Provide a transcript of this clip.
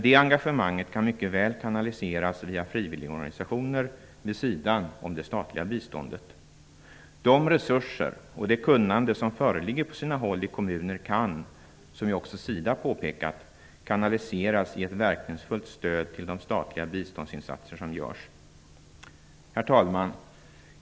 Det engagemanget kan mycket väl kanaliseras via frivilligorganisationer vid sidan om det statliga biståndet. De resurser och det kunnande som föreligger på sina håll i kommuner kan, som ju också SIDA påpekat, kanaliseras i ett verkningsfullt stöd till de statliga biståndsinsatser som görs. Herr talman!